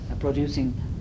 producing